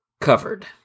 covered